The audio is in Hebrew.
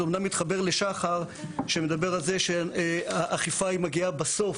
זה אמנם מתחבר לשחר שמדבר על זה שאכיפה מגיעה בסוף,